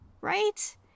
Right